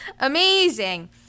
Amazing